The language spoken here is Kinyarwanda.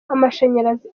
amashanyarazi